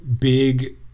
big